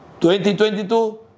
2022